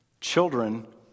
Children